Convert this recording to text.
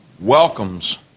welcomes